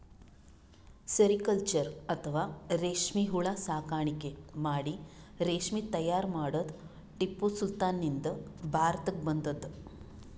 sericulture ಅಥವಾ ರೇಶ್ಮಿ ಹುಳ ಸಾಕಾಣಿಕೆ ಮಾಡಿ ರೇಶ್ಮಿ ತೈಯಾರ್ ಮಾಡದ್ದ್ ಟಿಪ್ಪು ಸುಲ್ತಾನ್ ನಿಂದ್ ಭಾರತಕ್ಕ್ ಬಂದದ್